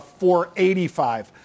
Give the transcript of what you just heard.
485